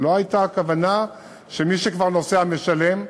זו לא הייתה הכוונה שמי שכבר נוסע משלם,